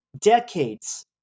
decades